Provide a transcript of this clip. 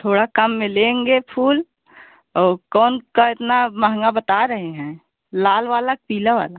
थोड़ा कम में लेंगे फूल और कौन का इतना महंगा बता रहे हैं लाल वाला पीला वाला